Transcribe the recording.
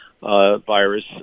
virus